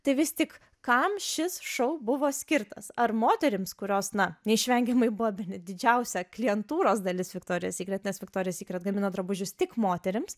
tai vis tik kam šis šou buvo skirtas ar moterims kurios na neišvengiamai buvo bene didžiausia klientūros dalis viktorijos sykret nes viktorija sykret gamina drabužius tik moterims